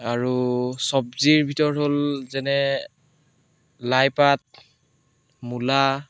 আৰু চব্জিৰ ভিতৰত হ'ল যেনে লাইপাত মূলা